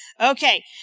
Okay